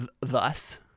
thus